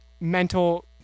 mental